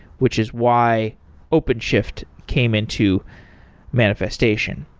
which is why openshift came into manifestation.